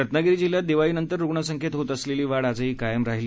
रत्नागिरी जिल्ह्यात दिवाळीनंतर रुग्णसंख्येत होत असलेली वाढ आजही कायम राहिली